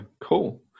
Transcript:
cool